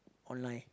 online